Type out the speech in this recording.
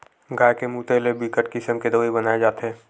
गाय के मूते ले बिकट किसम के दवई बनाए जाथे